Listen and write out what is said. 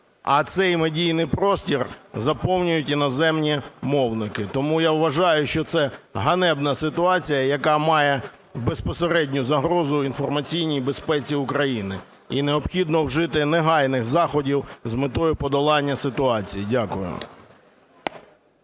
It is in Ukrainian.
а цей медійний простір заповнюють іноземні мовники? Тому я вважаю, що це ганебна ситуація, яка має безпосередню загрозу інформаційній безпеці України і необхідно вжити негайних заходів з метою подолання ситуації. Дякую.